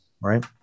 right